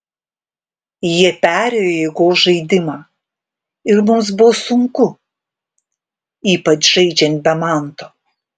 jie perėjo į jėgos žaidimą ir mums buvo sunku ypač žaidžiant be manto